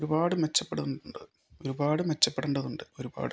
ഒരുപാട് മെച്ചപ്പെടുണ്ട് ഒരുപാട് മെച്ചപ്പെടേണ്ടതുണ്ട് ഒരുപാട്